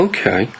Okay